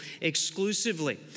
exclusively